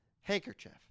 handkerchief